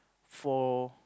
for